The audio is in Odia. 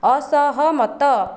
ଅସହମତ